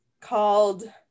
called